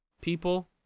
people